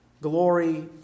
glory